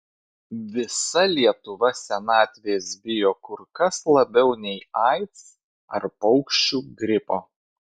visa lietuva senatvės bijo kur kas labiau nei aids ar paukščių gripo